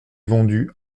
vendu